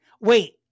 Wait